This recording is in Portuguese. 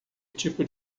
tipo